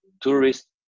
tourists